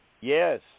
Yes